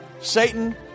Satan